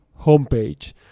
homepage